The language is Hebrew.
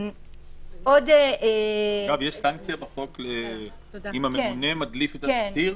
אגב, יש סנקציה בחוק אם הממונה מדליף את התצהיר?